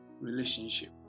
relationship